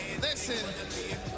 Listen